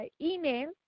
email